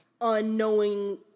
unknowing